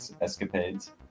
escapades